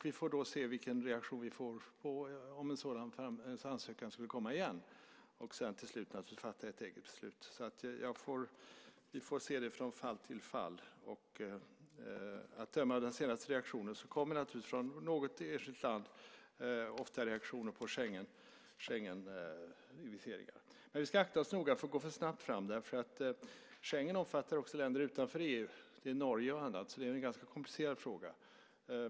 Vi får se vilken reaktion vi får om en sådan ansökan skulle komma igen och sedan naturligtvis fatta ett eget beslut. Vi får se det från fall till fall. Att döma av den senaste reaktionen kommer det naturligtvis från något enskilt land ofta reaktioner på Schengeninviteringar. Men vi ska akta oss noga för att gå för snabbt fram därför att Schengen också omfattar länder utanför EU, det är Norge och andra. Så det är en ganska komplicerad fråga.